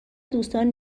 دوستان